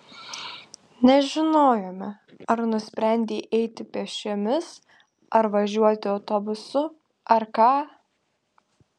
nežinojome ar nusprendei eiti pėsčiomis ar važiuoti autobusu ar ką